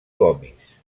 gomis